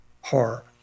horror